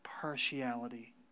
partiality